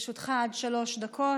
לרשותך עד שלוש דקות,